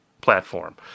platform